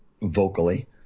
vocally